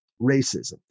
racism